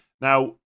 Now